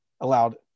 allowed